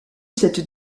cette